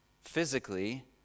physically